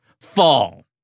fall